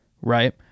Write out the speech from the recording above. right